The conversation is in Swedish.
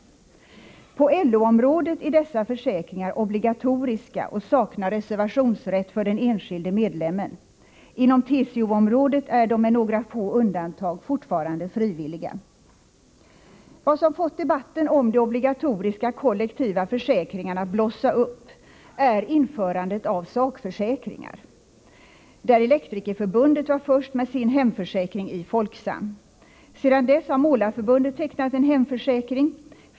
På LO-området är dessa försäkringar obligatoriska och saknar reservationsrätt för den enskilde medlemmen. Inom TCO-området är de med några få undantag fortfarande frivilliga. Vad som har fått debatten om de obligatoriska, kollektiva försäkringarna att blossa upp är införandet av sakförsäkringar, där Elektrikerförbundet var först med sin hemförsäkring i Folksam. Sedan dess har Målareförbundet tecknat en hemförsäkring.